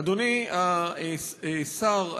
אדוני השר,